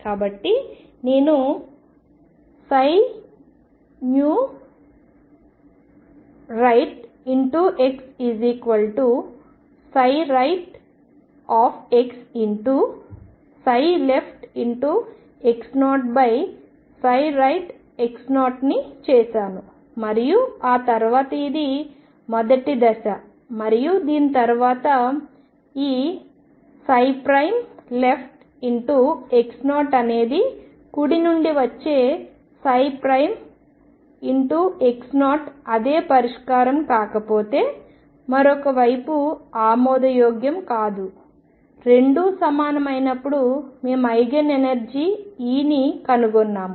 కాబట్టి నేను rightnewxrightxleftx0rightx0ని చేసాను మరియు ఆ తర్వాత ఇది మొదటి దశ మరియు దీని తర్వాత ఈ leftx0 అనేది కుడి నుండి వచ్చే అదే పరిష్కారం కాకపోతే మరొక వైపు ఆమోదయోగ్యం కాదు రెండూ సమానం అయినప్పుడు మేము ఐగెన్ ఎనర్జీ Eని కనుగొన్నాము